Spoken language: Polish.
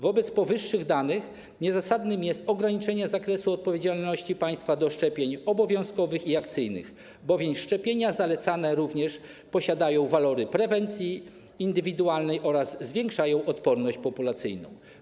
Wobec powyższych danych niezasadne jest ograniczenie zakresu odpowiedzialności państwa do szczepień obowiązkowych i akcyjnych, bowiem szczepienia zalecane również posiadają walory prewencji indywidualnej oraz zwiększają odporność populacyjną.